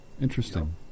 Interesting